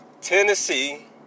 Tennessee